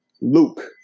Luke